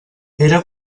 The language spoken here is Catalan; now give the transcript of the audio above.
era